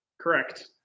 Correct